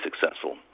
successful